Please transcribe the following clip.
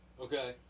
Okay